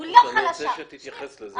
חכרוש, אני מבקש שתתייחס לזה.